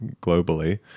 globally